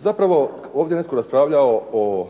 Zapravo ovdje je netko raspravljao o